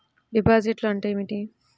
డిపాజిట్లు అంటే ఏమిటి?